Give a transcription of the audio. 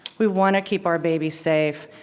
we wanna keep our babies safe.